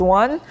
one